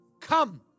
Come